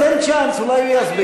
תן צ'אנס, אולי הוא יסביר.